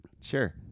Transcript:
sure